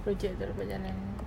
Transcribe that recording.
project tak dapat jalan